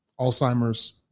Alzheimer's